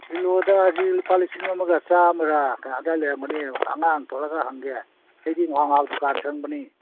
ꯀꯤꯂꯣꯗ ꯍꯧꯖꯤꯛ ꯂꯨꯄꯥ ꯂꯤꯁꯤꯡ ꯑꯃꯒ ꯆꯥꯃꯔ ꯀꯩꯅꯣ ꯑꯗꯨꯋꯥꯏ ꯂꯩꯔꯝꯒꯅꯤ ꯑꯉꯥꯡ ꯊꯣꯛꯂꯛꯑꯒ ꯍꯪꯒꯦ ꯑꯩꯗꯤ ꯉꯥꯍꯥꯛ ꯉꯥꯍꯥꯛ ꯗꯨꯀꯥꯟ ꯁꯪꯕꯅꯤ